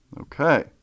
Okay